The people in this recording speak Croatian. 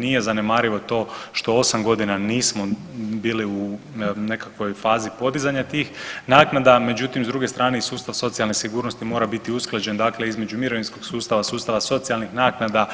Nije zanemarivo to što 8 godina nismo bili nekakvoj fazi podizanja tih naknada, međutim, s druge strane i sustav socijalne sigurnosti mora biti usklađen dakle između mirovinskog sustava, sustava socijalnih naknada,